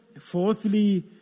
Fourthly